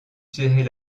serrer